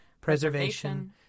preservation